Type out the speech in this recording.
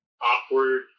awkward